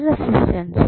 റെസിസ്റ്റൻസും